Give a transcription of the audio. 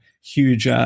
huge